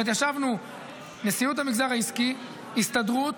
זאת אומרת, ישבנו נשיאות המגזר העסקי, הסתדרות,